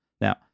Now